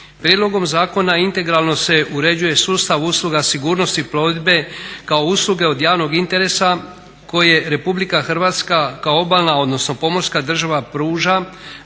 prijedlogom zakona integralno se uređuje sustav usluga sigurnosti plovidbe kao usluge od javnog interesa koje RH kao obalna odnosno pomorska država pruža